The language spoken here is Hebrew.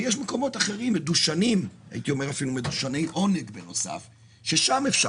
יש מקומות אחרים מדושני עונג שאצלם אפשר